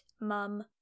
Mum